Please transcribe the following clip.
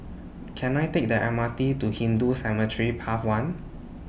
Can I Take The M R T to Hindu Cemetery Path one